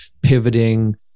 pivoting